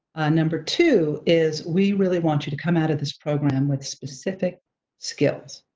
number two is we really want you to come out of this program with specific skills.